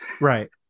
right